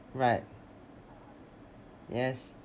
right yes